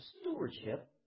stewardship